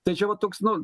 tai čia va toks nu